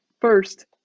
First